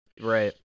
Right